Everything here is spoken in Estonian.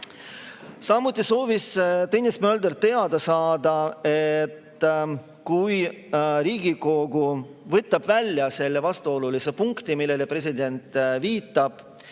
Samuti soovis Tõnis Mölder teada saada, et kui Riigikogu võtab välja selle vastuolulise punkti, millele president viitab,